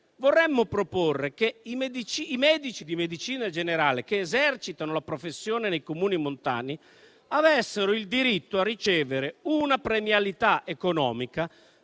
vorremmo proporre che i medici di medicina generale che esercitano la professione nei Comuni montani avessero il diritto a ricevere una premialità economica